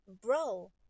bro